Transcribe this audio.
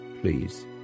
please